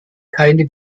keine